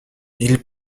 ils